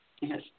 Yes